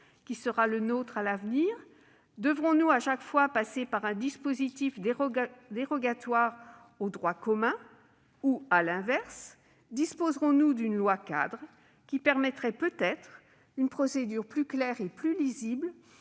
adopter à l'avenir ? Devrons-nous, chaque fois, passer par un dispositif dérogatoire au droit commun ou, à l'inverse, disposerons-nous d'une loi-cadre qui permettrait, peut-être, une procédure plus claire et plus lisible